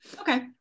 Okay